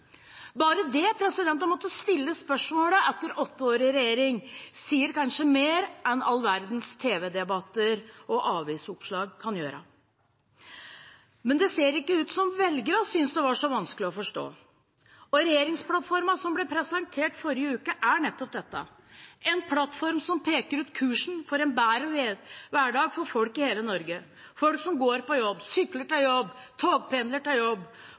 Bare det å måtte stille spørsmålet etter åtte år i regjering sier kanskje mer enn all verdens tv-debatter og avisoppslag kan gjøre. Men det ser ikke ut som om velgerne syntes det var så vanskelig å forstå, og regjeringsplattformen som ble presentert i forrige uke, er nettopp dette: en plattform som peker ut kursen for en bedre hverdag for folk i hele Norge – folk som går på jobb, sykler til jobb og togpendler til jobb,